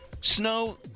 snow